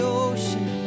ocean